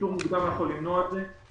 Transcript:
איתור מוקדם יכול היה למנוע את זה.